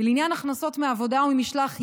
לעניין הכנסות מעבודה או ממשלח יד,